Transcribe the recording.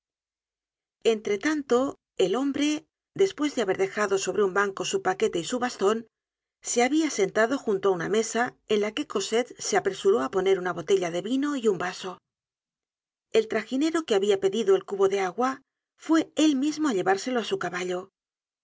entre tanto el hombre despues de haber dejado sobre un banco su paquete y su baston se habia sentado junto á una mesa en la que cosette se apresuró á poner una botella de vino y un vaso el traginero que habia pedido el cubo de agua fué él mismo á llevárselo á su caballo